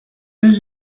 deux